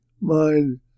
mind